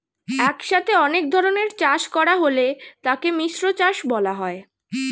একসাথে অনেক ধরনের চাষ করা হলে তাকে মিশ্র চাষ বলা হয়